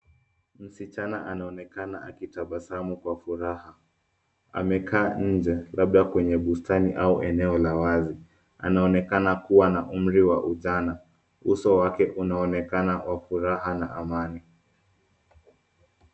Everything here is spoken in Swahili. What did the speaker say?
Msichana anaonekana akitabasamu kwa furaha. Amekaa nje, labda kwenye bustani au eneo la wazi. Anaonekana kuwa na umri wa ujana. Uso wake unaonekana wa furaha na amani.